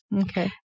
Okay